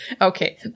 okay